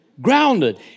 grounded